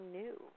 new